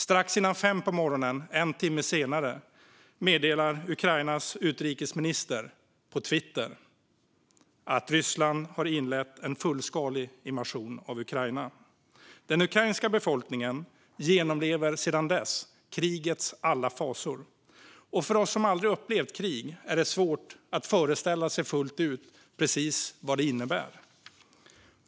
Strax före 5 på morgonen, en timme senare, meddelar Ukrainas utrikesminister på Twitter att Ryssland har inlett en fullskalig invasion av Ukraina. Extra ändringsbudget för 2023 - Stöd till Ukraina samt åtgärder riktade till företag och hushåll till följd av höga energipriser Den ukrainska befolkningen genomlever sedan dess krigets alla fasor. För oss som aldrig upplevt krig är det svårt att föreställa sig fullt ut precis vad det innebär.